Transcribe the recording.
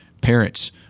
parents